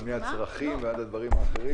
מהצרכים ועד הדברים האחרים.